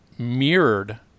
mirrored